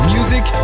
Music